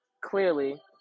clearly